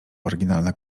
oryginalna